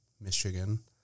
Michigan